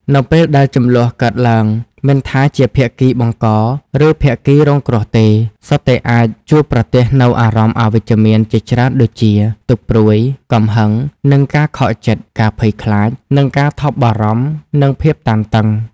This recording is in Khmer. នៅពេលដែលជម្លោះកើតឡើង មិនថាជាភាគីបង្ក ឬភាគីរងគ្រោះទេ សុទ្ធតែអាចជួបប្រទះនូវអារម្មណ៍អវិជ្ជមានជាច្រើនដូចជា ទុក្ខព្រួយ កំហឹង និងការខកចិត្ត ការភ័យខ្លាច និងការថប់បារម្ភ និងភាពតានតឹង។